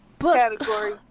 category